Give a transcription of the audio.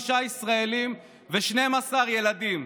שבו נרצחו 35 ישראלים ו-12 ילדים.